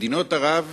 מדינות ערב,